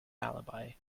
alibi